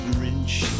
Grinch